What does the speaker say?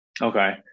Okay